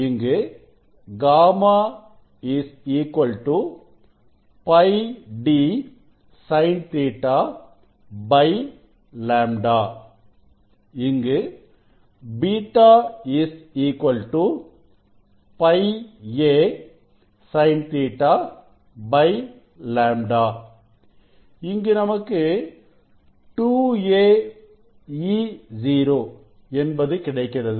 இங்கு γ π d SinƟ λ இங்கு β π a SinƟ λ இங்கு நமக்கு 2 a E0 என்பது கிடைக்கிறது